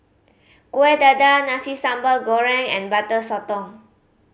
Kueh Dadar Nasi Sambal Goreng and Butter Sotong